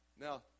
Now